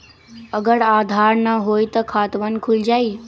अगर आधार न होई त खातवन खुल जाई?